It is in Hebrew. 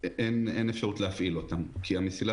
אין משמעות להפעיל אותם כי המסילה